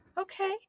okay